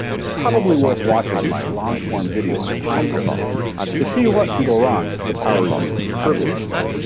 it's probably worth watching my long form video on time crystals to see what can go wrong if the power is used frivolously.